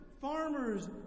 farmers